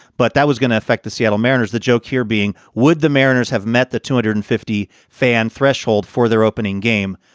but that was going to affect the seattle mariners. the joke here being, would the mariners have met the two hundred and fifty fan threshold for their opening game